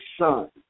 son